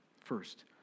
First